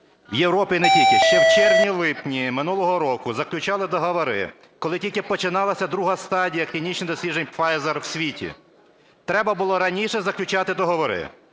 в Європі і не тільки ще в червні-липні минулого року заключали договори, коли тільки починалася друга стадія клінічних досліджень Pfizer в світі, треба було раніше заключати договори.